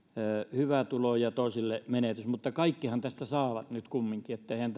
hyvä tulo ja toisille menetys mutta kaikkihan tässä saavat nyt kumminkin että eihän